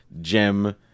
Gem-